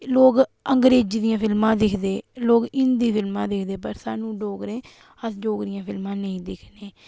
लोग अंग्रेज़ी दियां फिल्मां दिखदे लोग हिन्दी फिल्मां दिखदे पर सानूं अस डोगरे अस डोगरी दियां फिल्मां नेईं दिक्खने